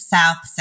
South